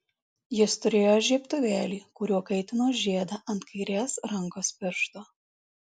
jis turėjo žiebtuvėlį kuriuo kaitino žiedą ant kairės rankos piršto